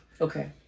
Okay